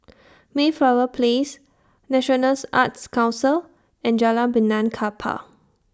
Mayflower Place National Arts Council and Jalan Benaan Kapal